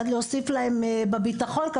להוסיף להם ביטחון.